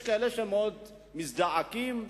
יש כאלה שמאוד מזדעקים,